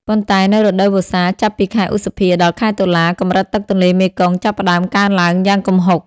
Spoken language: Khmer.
ប៉ុន្តែនៅរដូវវស្សា ចាប់ពីខែឧសភា ដល់ខែតុលា កម្រិតទឹកទន្លេមេគង្គចាប់ផ្តើមកើនឡើងយ៉ាងគំហុក។